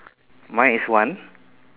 my is one